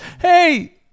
Hey